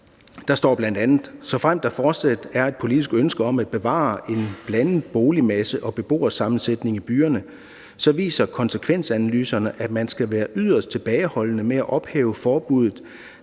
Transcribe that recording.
Der står bl.a.: Såfremt der fortsat er et politisk ønske om at bevare en blandet boligmasse og beboersammensætning i byerne, så viser konsekvensanalyserne, at man skal være yderst tilbageholdende med at ophæve forbuddet,